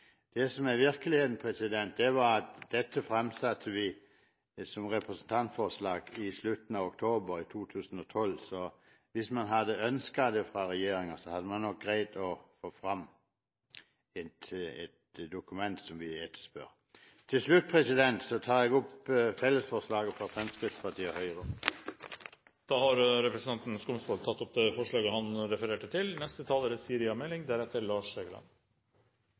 Det som er virkeligheten, er at vi fremsatte dette representantforslaget i slutten av oktober 2012. Så hvis man hadde ønsket det fra regjeringens side, hadde de nok greid å få fram et dokument som vi etterspør. Til slutt tar jeg opp fellesforslaget fra Fremskrittspartiet og Høyre. Representanten Henning Skumsvoll har tatt opp det forslaget han refererte til.